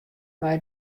mei